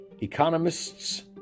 Economists